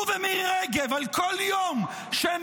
הוא ומירי רגב, על כל יום שהם